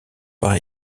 par